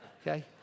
okay